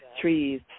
trees